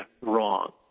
wrong